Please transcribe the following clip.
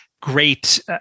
great